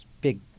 big